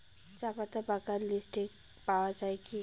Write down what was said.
চাপাতা বাগান লিস্টে পাওয়া যায় কি?